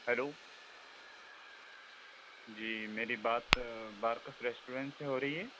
hello جی میری بات بارکس ریسٹورینٹ سے ہو رہی ہے